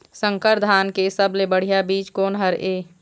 संकर धान के सबले बढ़िया बीज कोन हर ये?